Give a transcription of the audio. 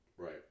Right